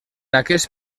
aquest